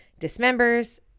dismembers